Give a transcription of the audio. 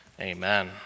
Amen